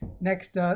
Next